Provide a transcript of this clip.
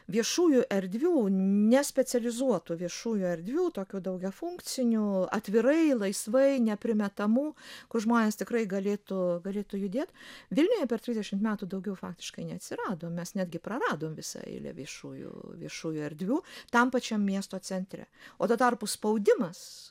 viešųjų erdvių nespecializuotų viešųjų erdvių tokių daugiafunkcinių atvirai laisvai ne primetamų kur žmonės tikrai galėtų galėtų judėt vilniuje per trisdešimt metų daugiau faktiškai neatsirado mes netgi praradom visą eilę viešųjų viešųjų erdvių tam pačiam miesto centre o tuo tarpu spaudimas